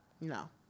No